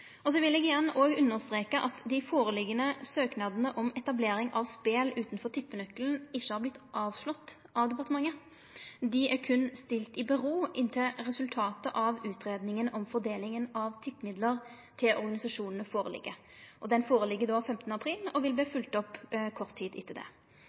Så vil eg igjen understreke at dei føreliggjande søknadene om etablering av spel utanfor tippenøkkelen ikkje har verte avslått av departementet. Dei er berre sett på vent inntil resultatet av utgreiinga om fordelinga av tippemidlar til organisasjonane ligg føre. Det ligg føre 15. april og vil verte følgt opp kort tid etter det.